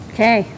Okay